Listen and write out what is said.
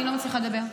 אני לא מצליחה לדבר.